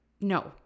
no